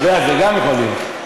זה גם יכול להיות.